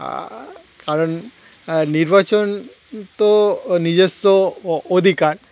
কারণ নির্বাচন তো নিজস্ব অধিকার